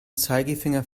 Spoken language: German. zeigefinger